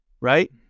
right